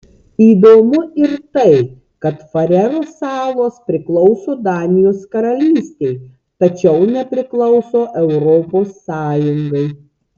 įdomu ir tai kad farerų salos priklauso danijos karalystei tačiau nepriklauso europos sąjungai